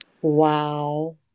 Wow